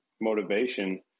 motivation